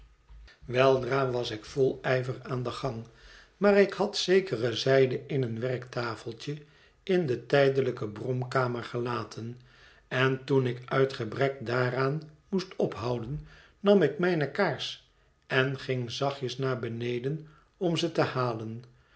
weldra was ik vol ijver aan den gang maar ik had zekere zijde in een werktafeltje in de tijdelijke bromkamer gelaten en toen ik uit gebrek daaraan moest ophouden nam ik mijne kaars en ging zachtjes naar heneden om ze te halen